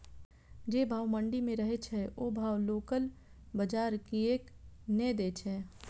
जे भाव मंडी में रहे छै ओ भाव लोकल बजार कीयेक ने दै छै?